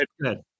good